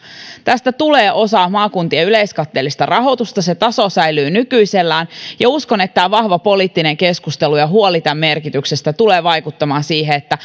tästä tulee osa maakuntien yleiskatteellista rahoitusta se taso säilyy nykyisellään ja uskon että tämä vahva poliittinen keskustelu ja huoli tämän merkityksestä tulevat vaikuttamaan siihen että